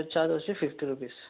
delivery charge వచ్చి fifty rupees